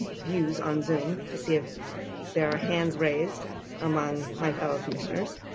views on zoom, to see if there are hands raised among my fellow commissioners.